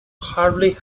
hardly